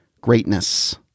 greatness